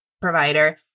provider